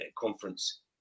conference